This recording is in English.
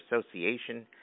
association